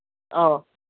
ꯑꯧ